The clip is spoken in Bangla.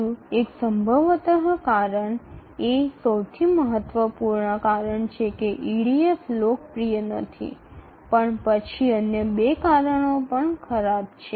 তৃতীয়টি সম্ভবত EDF জনপ্রিয় না হওয়ার সবচেয়ে গুরুত্বপূর্ণ কারণ তবে অন্য ২ টি কারণও খারাপ